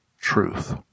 truth